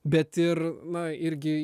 bet ir na irgi